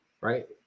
right